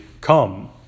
come